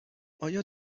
آیا